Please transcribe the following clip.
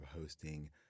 hosting